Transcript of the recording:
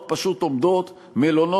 טרור.